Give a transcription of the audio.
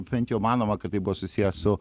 bent jau manoma kad tai buvo susiję su